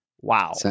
Wow